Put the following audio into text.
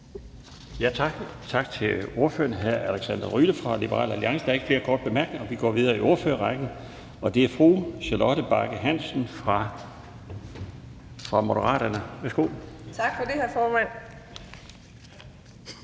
Tak til ordføreren fra Liberal Alliance. Der er ikke flere korte bemærkninger. Vi går videre i ordførerrækken til fru Charlotte Bagge Hansen fra Moderaterne. Værsgo. Kl. 14:43 (Ordfører)